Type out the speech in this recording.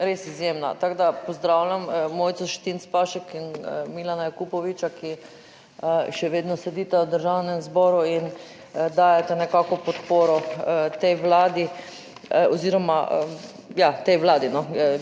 res izjemna, tako da pozdravljam Mojco Šetinc Pašek in Milana Jakopoviča, ki še vedno sedita v Državnem zboru in dajeta nekako podporo tej vladi oziroma tej vladi.